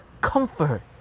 comfort